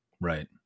Right